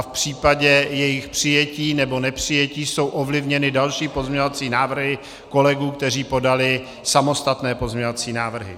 V případě jejich přijetí nebo nepřijetí jsou ovlivněny další pozměňovací návrhy kolegů, kteří podali samostatné pozměňovací návrhy.